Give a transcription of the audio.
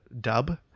dub